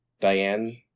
Diane